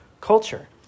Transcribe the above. culture